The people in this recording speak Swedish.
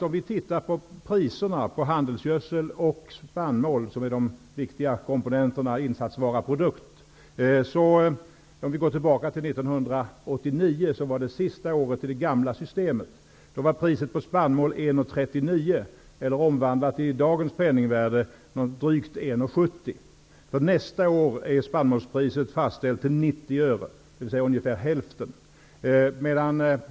Om vi tittar på priserna på handelsgödsel och spannmål, som är de viktiga komponenterna i detta sammanhang, och går tillbaka till 1989, som var det sista året med det gamla systemet, var priset på spannmål 1:39 kr -- För nästa år är spannmålspriset fastställt till 90 öre, dvs. ungefär hälften.